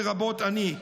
לרבות אני.